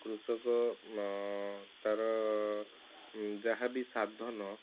କୃଷକ ତାର ଯାହାବି ସାଧନ